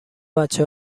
بچه